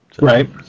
Right